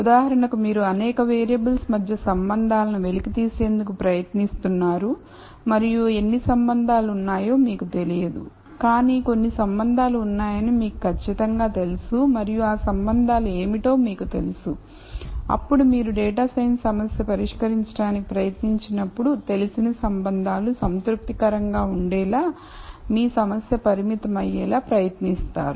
ఉదాహరణకు మీరు అనేక వేరియబుల్స్ మధ్య సంబంధాలను వెలికితీసేందుకు ప్రయత్నిస్తున్నారు మరియు ఎన్ని సంబంధాలు ఉన్నాయో మీకు తెలియదు కానీ కొన్ని సంబంధాలు ఉన్నాయని మీకు ఖచ్చితంగా తెలుసు మరియు ఆ సంబంధాలు ఏమిటో మీకు తెలుసు అప్పుడు మీరు డేటా సైన్స్ సమస్య పరిష్కరించడానికి ప్రయత్నించినప్పుడు తెలిసిన సంబంధాలు సంతృప్తికరంగా ఉండేలా మీ సమస్య పరిమితం అయ్యేలా ప్రయత్నిస్తారు